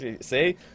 see